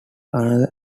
another